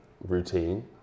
routine